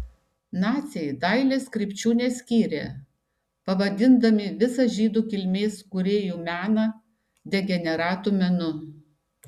naciai dailės krypčių neskyrė pavadindami visą žydų kilmės kūrėjų meną degeneratų menu